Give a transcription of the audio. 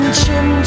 chim